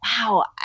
wow